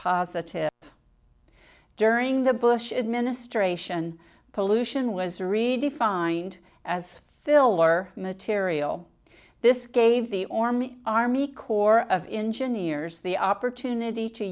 positive during the bush administration pollution was redefined as filler material this gave the army army corps of engineers the opportunity to